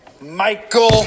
michael